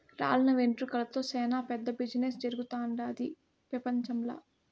రాలిన వెంట్రుకలతో సేనా పెద్ద బిజినెస్ జరుగుతుండాది పెపంచంల